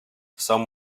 some